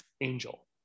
Angel